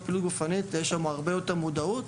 פעילות גופנית כי יש להם הרבה יותר מודעות,